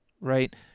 right